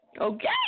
Okay